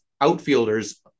outfielders